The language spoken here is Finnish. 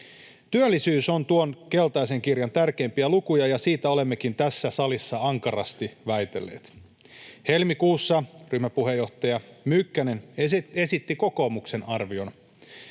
Työllisyys on tuon keltaisen kirjan tärkeimpiä lukuja, ja siitä olemmekin tässä salissa ankarasti väitelleet. Helmikuussa ryhmäpuheenjohtaja Mykkänen esitti kokoomuksen arvion: